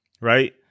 right